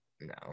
No